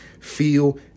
feel